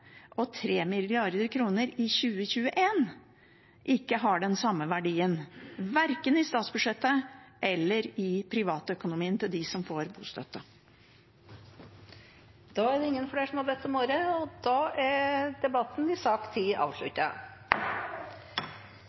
og 3 mrd. kr i 2021 ikke har den samme verdien, verken i statsbudsjettet eller i privatøkonomien til dem som får bostøtte. Flere har ikke bedt om ordet til sak nr. 10. Etter ønske fra transport- og